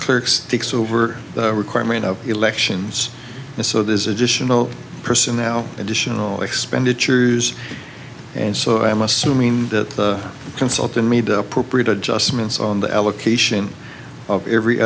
clerks takes over the requirement of elections and so there's additional personnel additional expenditures and so i am assuming that the consultant made the appropriate adjustments on the allocation of every